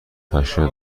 هشتاد